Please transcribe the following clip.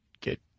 get